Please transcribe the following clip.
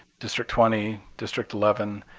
district twenty, district eleven,